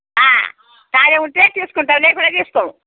తాజాగా ఉంటే తీసుకుంటాం లేకుంటే తీసుకోము